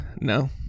No